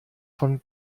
von